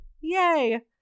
Yay